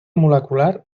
molecular